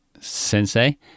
sensei